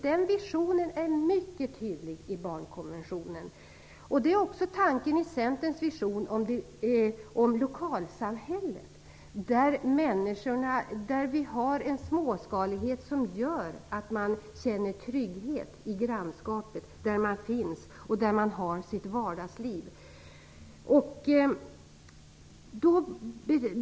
Den visionen är mycket tydlig i barnkonventionen. Det är också tanken i Centerns vision om lokalsamhället där vi har en småskalighet som gör att man känner trygghet i grannskapet, där man finns och där man har sitt vardagsliv.